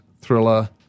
thriller